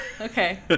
Okay